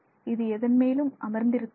இது எதன் மேலும் அமர்ந்திருக்கவில்லை